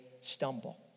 stumble